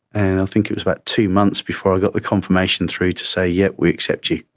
and i think it was about two months before we got confirmation through to say yep, we accept you'.